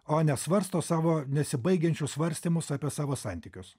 o nesvarsto savo nesibaigiančius svarstymus apie savo santykius